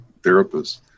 therapists